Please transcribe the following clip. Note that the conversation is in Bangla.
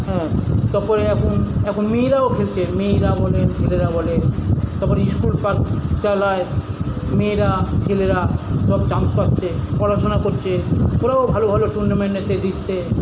হ্যাঁ তারপরে এখন এখন মেয়েরাও খেলছে মেয়েরা বলেন ছেলেরা বলেন তারপরে স্কুল পাট চালায় মেয়েরা ছেলেরা সব চান্স পাচ্ছে পড়াশোনা করছে ওরাও ভালো ভালো টুর্নামেন্টেতে লিস্টে